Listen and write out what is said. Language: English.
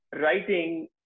writing